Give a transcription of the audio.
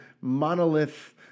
monolith